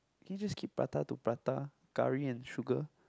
can you just keep prata to prata curry and sugar